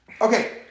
okay